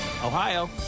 Ohio